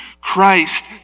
Christ